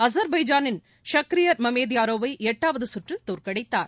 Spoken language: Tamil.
அசர்பைஜானின் சக்ரியர் மமேத்யாரோவை எட்டாவது சுற்றில் தோற்கடித்தார்